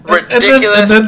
Ridiculous